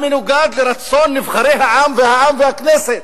המנוגד לרצון נבחרי העם והעם והכנסת.